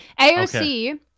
aoc